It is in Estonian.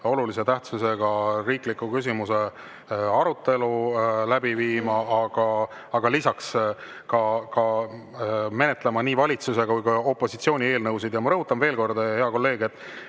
olulise tähtsusega riikliku küsimuse arutelu, aga lisaks menetlema nii valitsuse kui ka opositsiooni eelnõusid. Ma rõhutan veel kord, hea kolleeg, et